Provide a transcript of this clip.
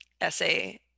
essay